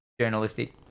journalistic